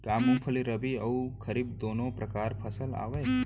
का मूंगफली रबि अऊ खरीफ दूनो परकार फसल आवय?